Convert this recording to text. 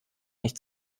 nicht